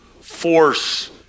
force